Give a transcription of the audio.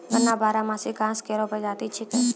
गन्ना बारहमासी घास केरो प्रजाति छिकै